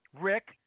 Rick